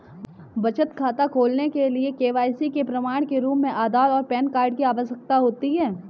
बचत खाता खोलने के लिए के.वाई.सी के प्रमाण के रूप में आधार और पैन कार्ड की आवश्यकता होती है